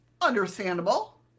Understandable